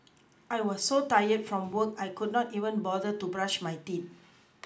I was so tired from work I could not even bother to brush my teeth